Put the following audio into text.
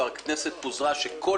שכבר יצא ולומר שמשבר הקורונה מאוד